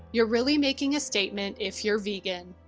you're really making a statement if you're vegan.